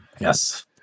Yes